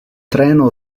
treno